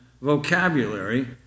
vocabulary